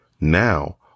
Now